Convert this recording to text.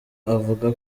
avuga